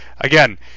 again